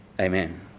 Amen